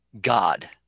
God